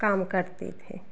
काम करते थे